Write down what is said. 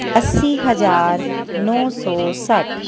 ਅੱਸੀ ਹਜ਼ਾਰ ਨੌਂ ਸੌ ਸੱਠ